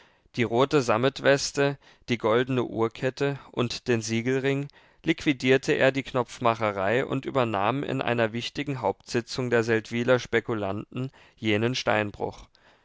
die rote sammetweste die goldene uhrkette und den siegelring liquidierte er die knopfmacherei und übernahm in einer wichtigen hauptsitzung der seldwyler spekulanten jenen steinbruch